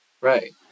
Right